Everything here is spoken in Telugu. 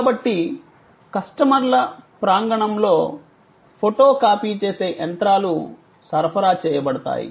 కాబట్టి కస్టమర్ల ప్రాంగణంలో ఫోటో కాపీ చేసే యంత్రాలు సరఫరా చేయబడతాయి